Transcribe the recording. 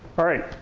alright,